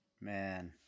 man